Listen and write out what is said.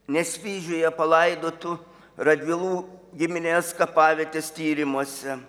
nesvyžiuje palaidotų radvilų giminės kapavietės tyrimuose